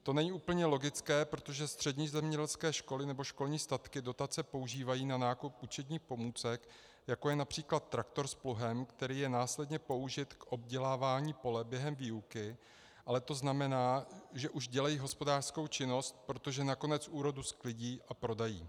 To není úplně logické, protože střední zemědělské školy nebo školní statky dotace používají na nákup učebních pomůcek, jako je například traktor s pluhem, který je následně použit k obdělávání pole během výuky, ale to znamená, že už dělají hospodářskou činnost, protože nakonec úrodu sklidí a prodají.